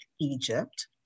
Egypt